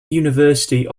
university